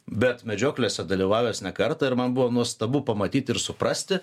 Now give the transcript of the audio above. bet medžioklėse dalyvavęs ne kartą ir man buvo nuostabu pamatyti ir suprasti